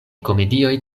komedioj